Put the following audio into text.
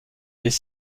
les